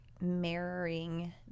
mirroring